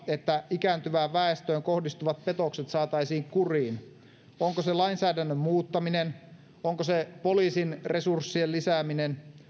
että ikääntyvään väestöön kohdistuvat petokset saataisiin kuriin onko se lainsäädännön muuttaminen onko se poliisin resurssien lisääminen